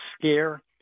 scare